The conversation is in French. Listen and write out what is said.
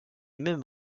même